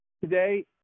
Today